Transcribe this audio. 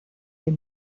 dem